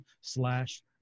slash